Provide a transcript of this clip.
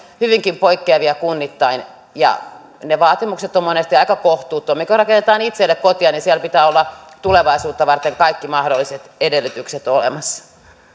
hyvinkin poikkeavia vaatimuksia kunnittain ja ne ovat monesti aika kohtuuttomia kun rakennetaan itselle kotia niin siellä pitää olla tulevaisuutta varten kaikki mahdolliset edellytykset olemassa